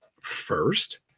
first